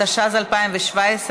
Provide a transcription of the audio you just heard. התשע"ז 2017,